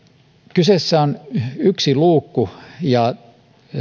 kyseessä on yksi luukku ja